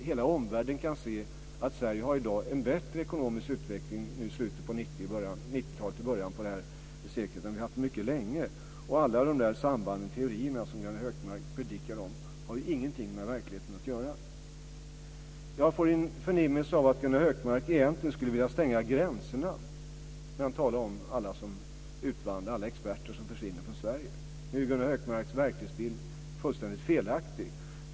Hela omvärlden kan se att Sverige har haft en bättre ekonomisk utveckling i slutet av 90-talet och i början av det här seklet än vi haft på mycket länge. Alla de samband och teorier som Gunnar Hökmark predikat om har ingenting med verkligheten att göra. Jag får en förnimmelse av att Gunnar Hökmark egentligen skulle vilja stänga gränserna när han talar om alla experter som försvinner från Sverige. Nu är ju Gunnar Hökmarks verklighetsbild fullständigt felaktig.